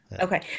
Okay